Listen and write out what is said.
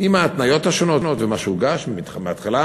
עם ההתניות השונות ועם מה שהוגש מהתחלה,